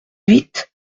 huit